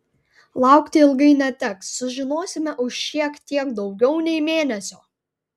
laukti ilgai neteks sužinosime už šiek tiek daugiau nei mėnesio